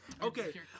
okay